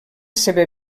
seva